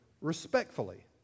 respectfully